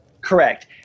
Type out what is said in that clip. Correct